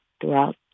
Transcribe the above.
throughout